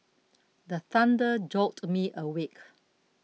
the thunder jolt me awake